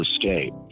escape